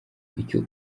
icyo